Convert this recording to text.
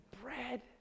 bread